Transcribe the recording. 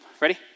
Ready